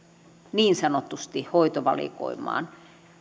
niin sanotusti hoitovalikoimaan